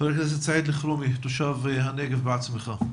חבר הכנסת סעיד אלחרומי, תושב הנגב בעצמך,